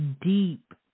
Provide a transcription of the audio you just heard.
deep